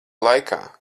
laikā